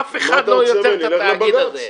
אף אחד לא יוצר את התקדים הזה.